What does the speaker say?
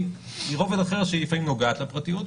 היא רובד אחר שהיא לפעמים נוגעת לפרטיות,